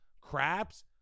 Craps